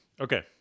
Okay